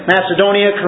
Macedonia